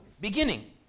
beginning